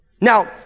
Now